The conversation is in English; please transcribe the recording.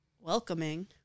welcoming